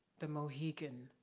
the mohican,